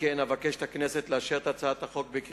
אבל אתה לא יכול לתת לגיטימציה לעבור,